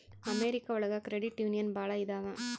America ಒಳಗ credit union ಭಾಳ ಇದಾವ